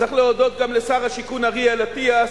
צריך להודות גם לשר השיכון אריאל אטיאס,